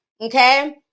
Okay